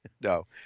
No